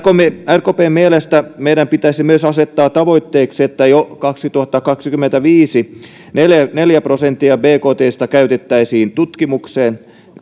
rkpn mielestä meidän pitäisi myös asettaa tavoitteeksi että jo kaksituhattakaksikymmentäviisi bktstä neljä prosenttia käytettäisiin tutkimukseen